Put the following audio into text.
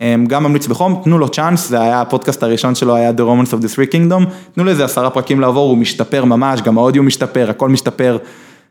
גם אמליץ וחום תנו לו צ'אנס זה היה הפודקאסט הראשון שלו היה The Romans of the Three Kingdom תנו לזה עשרה פרקים לעבור הוא משתפר ממש גם האודיו משתפר הכל משתפר.